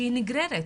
שהיא נגררת.